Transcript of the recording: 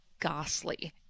ghastly